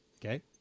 Okay